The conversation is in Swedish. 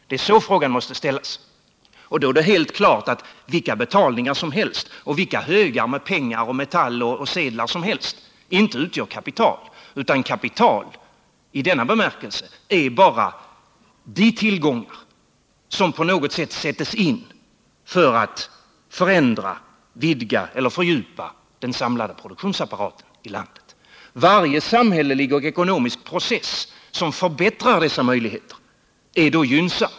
Det är så frågan måste ställas, och då är det helt klart att vilka betalningar som helst och vilka högar med pengar, metaller och sedlar som helst inte utgör kapital utan att kapital i denna bemärkelse bara är de tillgångar som på något sätt sättes in för att förändra, vidga eller fördjupa den samlade produktionsapparaten i landet. Varje samhällelig och ekonomisk process som förbättrar dessa möjligheter är då gynnsam.